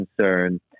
concern